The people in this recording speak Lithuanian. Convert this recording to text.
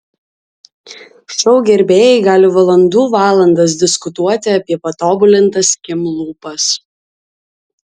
šou gerbėjai gali valandų valandas diskutuoti apie patobulintas kim lūpas